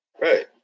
right